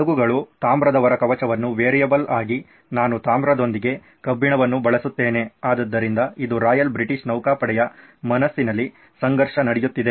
ಹಡಗುಗಳು ತಾಮ್ರದ ಹೊರ ಕವಚ್ವನ್ನು ವೇರಿಯೇಬಲ್ ಆಗಿ ನಾನು ತಾಮ್ರದೊಂದಿಗೆ ಕಬ್ಬಿಣವನ್ನು ಬಳಸುತ್ತೇನೆ ಆದ್ದರಿಂದ ಇದು ರಾಯಲ್ ಬ್ರಿಟಿಷ್ ನೌಕಾಪಡೆಯ ಮನಸ್ಸಿನಲ್ಲಿ ಸಂಘರ್ಷ ನಡೆಯುತ್ತಿದೆ